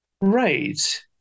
right